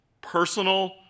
personal